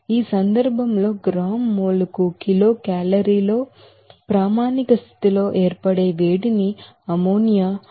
ఈ సందర్భంలో gram mole కు కిలోకేలరీలో ప్రామాణిక స్థితిలో ఏర్పడే వేడిని అమ్మోనియా 11